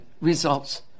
results